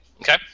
okay